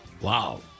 Wow